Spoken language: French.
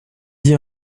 dit